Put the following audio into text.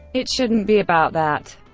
it shouldn't be about that.